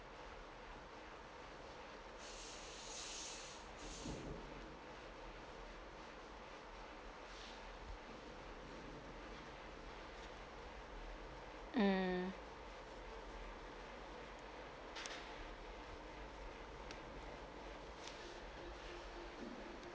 mm